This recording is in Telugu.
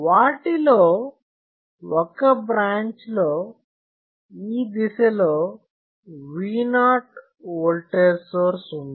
వాటిలో ఒక బ్రాంచ్లో ఈ దిశలో V0 ఓల్టేజ్ సోర్స్ ఉంది